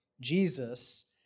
Jesus